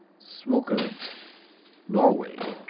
smokelet norway.